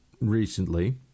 recently